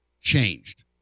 changed